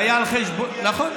נכון.